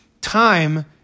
time